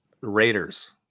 Raiders